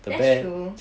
that's true